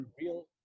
real